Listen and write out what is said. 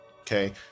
Okay